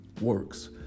works